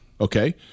okay